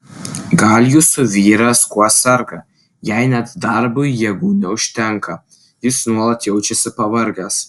gal jūsų vyras kuo serga jei net darbui jėgų neužtenka jis nuolat jaučiasi pavargęs